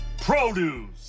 produce